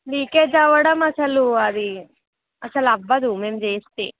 leakage అవ్వడం అసలు అది అసలు అవ్వదు మేము చేస్తే